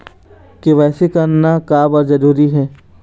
KYC करना का बर जरूरी हे?